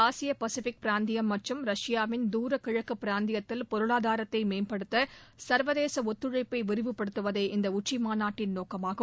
ஆசிய பசிபிக் பிராந்தியம் மற்றும் ரஷ்யாவின் தூர கிழக்கு பிராந்தியத்தில் பொருளாதாரத்தை மேம்படுத்த சர்வதேச ஒத்துழைப்பை விரிவுப்படுத்துவதே இந்த உச்சி மாநாட்டின் நோக்கமாகும்